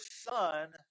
son